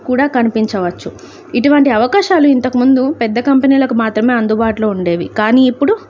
కూడా కనిపించవచ్చు ఇటువంటి అవకాశాలు ఇంతకుముందు పెద్ద కంపెనీలకు మాత్రమే అందుబాటులో ఉండేవి కానీ ఇప్పుడు